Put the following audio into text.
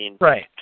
Right